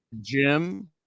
Jim